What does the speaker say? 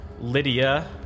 Lydia